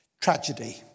tragedy